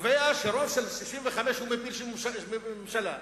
קובע שרוב של 65 מפיל ממשלה,